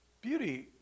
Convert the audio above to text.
beauty